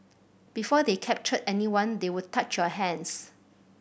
before they captured anyone they would touch your hands